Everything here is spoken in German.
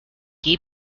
die